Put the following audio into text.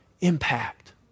impact